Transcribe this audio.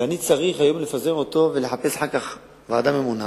ואני צריך היום לפזר את המועצה ולחפש אחר כך ועדה ממונה,